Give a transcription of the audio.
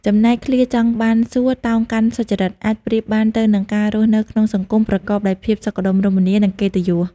ចំណែកឃ្លា ចង់បានសួគ៌ តោងកាន់សុចរិត អាចប្រៀបបាននឹងការរស់នៅក្នុងសង្គមប្រកបដោយភាពសុខដុមរមនា និងកិត្តិយស។